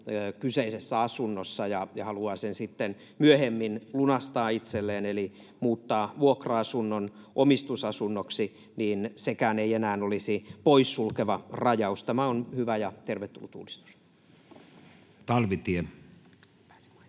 kyseisessä asunnossa ja haluaa sen sitten myöhemmin lunastaa itselleen eli muuttaa vuokra-asunnon omistusasunnoksi. Sekään ei enää olisi poissulkeva rajaus. Tämä on hyvä ja tervetullut uudistus. [Speech